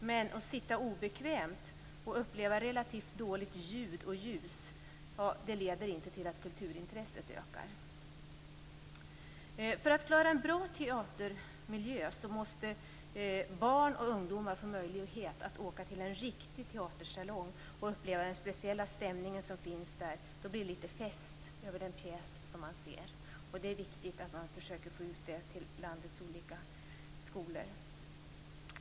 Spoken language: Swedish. Men att sitta obekvämt och uppleva relativt dåligt ljud och ljus leder inte till att kulturintresset ökar. För att klara en bra teatermiljö måste barn och ungdomar få möjlighet att åka till en riktig teatersalong och uppleva den speciella stämningen som finns där. Då blir det lite fest över den pjäs som de ser. Det är viktigt att man försöker att få ut det till landets olika skolor.